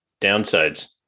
downsides